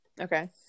Okay